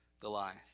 Goliath